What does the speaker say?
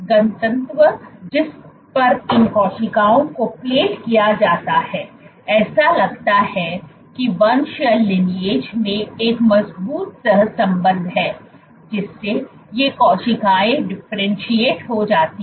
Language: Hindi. घनत्व जिस पर इन कोशिकाओं को प्लेट किया जाता है ऐसा लगता है कि वंश में एक मजबूत सहसंबंध है जिससे ये कोशिकाएं डिफरेंटशिएट हो जाती हैं